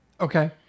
Okay